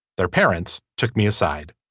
their parents took me aside.